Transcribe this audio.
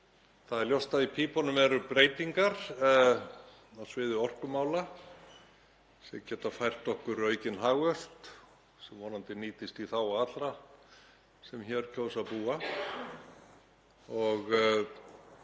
Það er ljóst að í pípunum eru breytingar á sviði orkumála sem geta fært okkur aukinn hagvöxt sem vonandi nýtist í þágu allra sem hér kjósa að